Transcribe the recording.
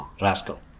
rascal